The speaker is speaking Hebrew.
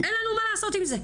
אין לנו מה לעשות עם זה.